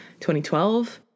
2012